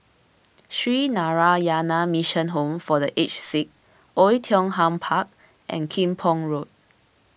Sree Narayana Mission Home for the Aged Sick Oei Tiong Ham Park and Kim Pong Road